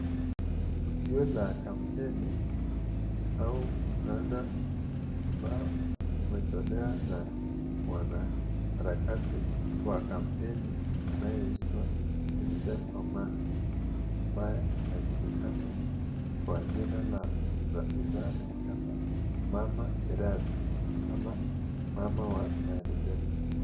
Tukio la kampeni au msaada ambao umetolewa na mwanaharakati wa kampeni anayeitwa Millicent Omanga ambaye anajulikana kwa njia ya utani kama mama miradi ama mama wa maendeleo.